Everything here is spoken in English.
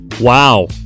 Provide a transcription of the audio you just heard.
Wow